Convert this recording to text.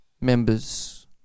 members